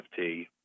NFT